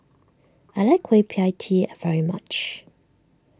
I like Kueh Pie Tee very much